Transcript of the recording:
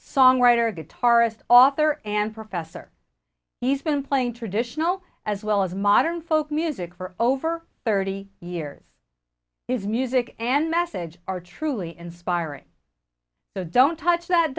songwriter guitarist author and professor he's been playing traditional as well as modern folk music for over thirty years is music and message are truly inspiring the don't touch that